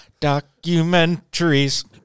documentaries